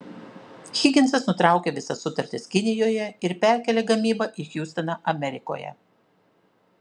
higinsas nutraukė visas sutartis kinijoje ir perkėlė gamybą į hjustoną amerikoje